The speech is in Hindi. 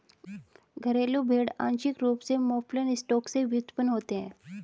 घरेलू भेड़ आंशिक रूप से मौफलन स्टॉक से व्युत्पन्न होते हैं